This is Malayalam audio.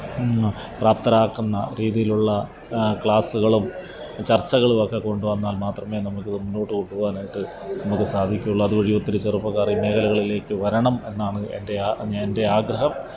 പ്രാപ്തരാക്കുന്ന രീതിയിലുള്ള ആ ക്ലാസ്കളും ചര്ച്ചകളും ഒക്കെ കൊണ്ട് വന്നാല് മാത്രമേ നമുക്കിത് മുന്നോട്ട് കൊണ്ട് പോവാനായിട്ട് നമുക്ക് സാധിക്കുകയുള്ളൂ അതുവഴി ഒത്തിരി ചെറുപ്പക്കാർ ഈ മേഖലകളിലേക്ക് വരണം എന്നാണ് എന്റെ എന്റെ ആഗ്രഹം